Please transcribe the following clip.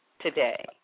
today